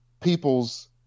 people's